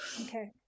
Okay